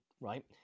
right